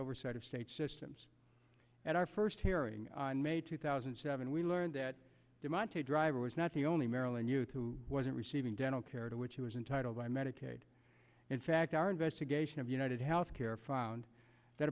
oversight of state systems at our first hearing in may two thousand and seven we learned that the monte driver was not the only maryland youth who wasn't receiving dental care to which he was entitled by medicaid in fact our investigation of united health care found that